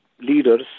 leaders